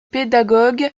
pédagogue